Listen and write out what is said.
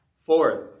Fourth